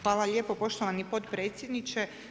Hvala lijepo poštovani potpredsjedniče.